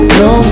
no